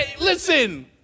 Listen